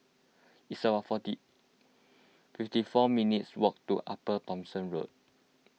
it's about forty fifty four minutes' walk to Upper Thomson Road